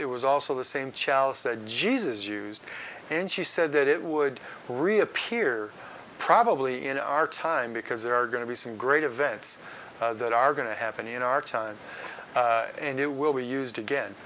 it was also the same chalice that jesus used and she said that it would reappear probably in our time because there are going to be some great events that are going to happen in our time and it will be used again